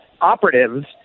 operatives